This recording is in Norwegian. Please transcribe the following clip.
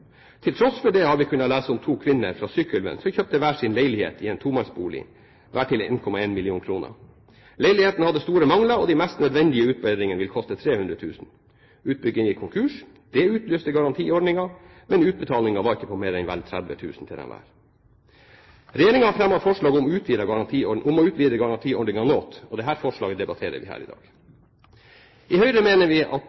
Til tross for det har vi kunnet lese om to kvinner fra Sykkylven som kjøpte hver sin leilighet i en tomannsbolig, hver til 1,1 mill. kr. Leilighetene hadde store mangler, og de mest nødvendige utbedringene vil koste 300 000 kr. Utbygger gikk konkurs. Det utløste garantiordningen, men utbetalingen var ikke på mer enn vel 30 000 til hver av dem. Regjeringen har fremmet forslag om å utvide garantiordningen noe, og dette forslaget debatterer vi her i dag. I Høyre mener vi at